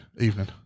evening